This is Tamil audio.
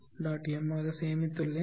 m ஆக சேமித்துள்ளேன்